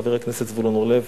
חבר הכנסת זבולון אורלב,